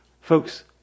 Folks